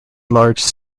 large